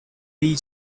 bee